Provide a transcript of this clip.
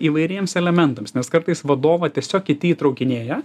įvairiems elementams nes kartais vadovą tiesiog kiti įtraukinėja